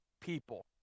people